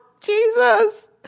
Jesus